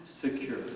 secure